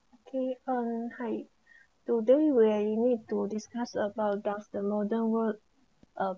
okay uh hi today we uh need to discuss about does the modern work uh